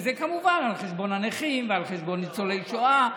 כשזה כמובן על חשבון הנכים ועל חשבון ניצולי השואה.